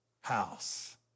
house